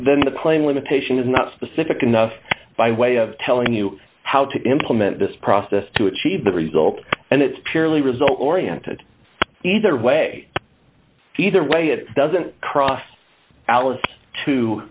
then the playing limitation is not specific enough by way of telling you how to implement this process to achieve the result and it's purely result oriented either way either way it doesn't cross alice to